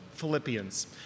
Philippians